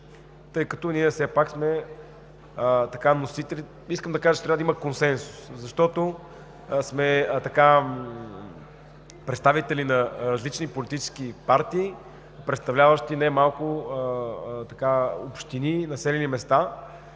разбиране е такова. Искам да кажа, че трябва да има консенсус, защото сме представители на различни политически партии, представляващи немалко общини и населени места.